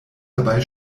dabei